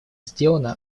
сделано